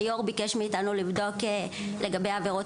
היו"ר ביקש מאיתנו לבדוק לגבי עבירות